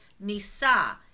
Nisa